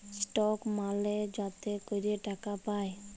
stock মালে যাতে ক্যরে টাকা পায়